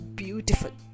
beautiful